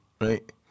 right